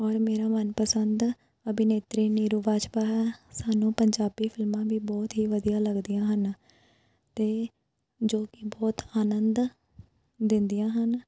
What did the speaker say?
ਔਰ ਮੇਰਾ ਮਨ ਪਸੰਦ ਅਭਿਨੇਤਰੀ ਨੀਰੂ ਬਾਜਵਾ ਆ ਸਾਨੂੰ ਪੰਜਾਬੀ ਫਿਲਮਾਂ ਵੀ ਬਹੁਤ ਹੀ ਵਧੀਆ ਲੱਗਦੀਆਂ ਹਨ ਅਤੇ ਜੋ ਕੀ ਬਹੁਤ ਆਨੰਦ ਦਿੰਦੀਆਂ ਹਨ